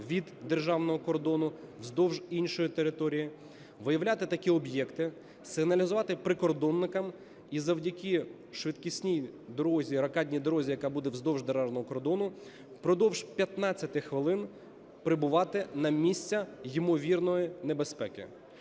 від державного кордону вздовж іншої території, виявляти такі об'єкти, сигналізувати прикордонникам, і завдяки швидкісній дорозі, рокадній дорозі, яка буде вздовж державного кордону, впродовж 15 хвилин прибувати на місце ймовірної небезпеки.